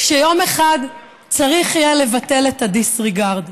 שיום אחד צריך יהיה לבטל את ה-disregard,